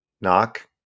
Knock